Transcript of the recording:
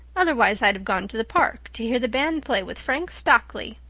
otherwise i'd have gone to the park to hear the band play with frank stockley.